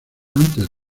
antes